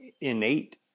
innate